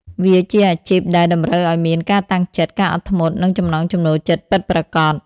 វាជាអាជីពដែលតម្រូវឱ្យមានការតាំងចិត្ត ការអត់ធ្មត់ និងចំណង់ចំណូលចិត្តពិតប្រាកដ។